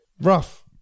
Rough